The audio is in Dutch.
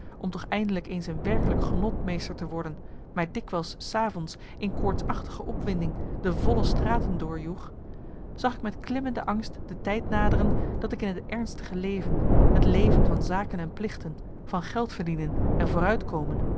om toch eindelijk eens een werkelijk genot meester te worden mij dikwijls s avonds in koortsachtige opwinding de volle straten doorjoeg zag ik met klimmende angst de tijd naderen dat ik in het ernstige leven het leven van zaken en plichten van geld verdienen en vooruitkomen